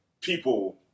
people